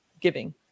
giving